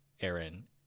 aaron